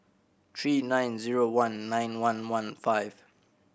three nine zero one nine one one five